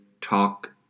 talk